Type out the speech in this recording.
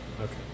Okay